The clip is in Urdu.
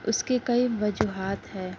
اس کے کئی وجوہات ہے